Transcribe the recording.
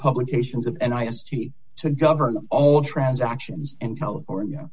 publications and i asked you to govern all transactions and california